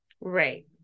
Right